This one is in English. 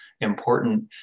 important